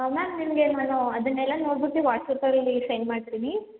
ma'am ನಿಮಗೆ ನಾನು ಅದನ್ನೆಲ್ಲ ನೋಡ್ಬಿಟ್ಟು ವಾಟ್ಸಪಲ್ಲಿ ಸೆಂಡ್ ಮಾಡ್ತೀನಿ